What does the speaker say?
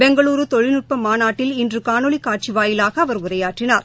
பெங்களூருதொழில்நுட்பமாநாட்டில் இன்றுகாணொலிகாட்சிவாயிலாக அவர் உரையாற்றினார்